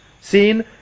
seen